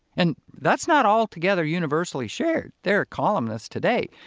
and that's not altogether universally shared. there are columnists today,